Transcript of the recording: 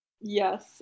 Yes